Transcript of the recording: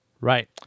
Right